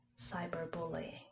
cyberbullying